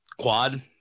quad